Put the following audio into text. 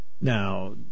Now